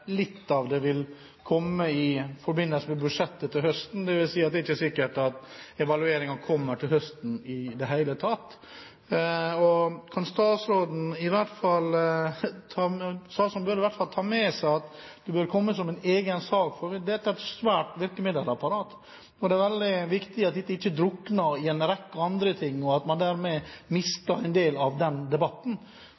litt når statsråden sier at det kan hende at litt av det vil komme i forbindelse med budsjettet til høsten, dvs. at det ikke er sikkert at evalueringen kommer til høsten i det hele tatt. Statsråden bør i hvert fall ta med seg at det bør komme som en egen sak, for dette er et svært virkemiddelapparat. Det er veldig viktig at det ikke drukner i en rekke andre ting og at man dermed